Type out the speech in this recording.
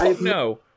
no